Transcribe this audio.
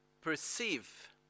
perceive